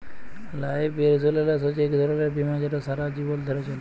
life insurance হছে ইক ধরলের বীমা যেট সারা জীবল ধ্যরে চলে